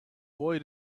boy